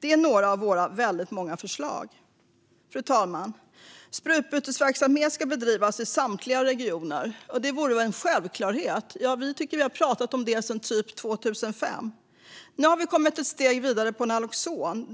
Det är några av våra väldigt många förslag. Sprututbytesverksamheten ska bedrivas i samtliga regioner. Det är en självklarhet. Vi tycker att vi har pratat om det sedan 2005. Nu har vi kommit ett steg vidare när det gäller naloxon